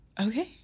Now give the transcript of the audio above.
okay